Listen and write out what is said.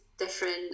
Different